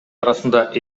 арасында